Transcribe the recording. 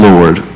Lord